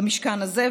במשכן הזה,